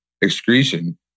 excretion